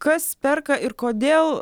kas perka ir kodėl